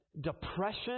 depression